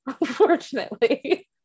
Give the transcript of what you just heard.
unfortunately